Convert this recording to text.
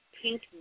pink